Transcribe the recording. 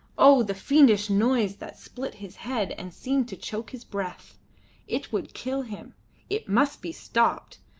oh! the fiendish noise that split his head and seemed to choke his breath it would kill him it must be stopped!